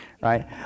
right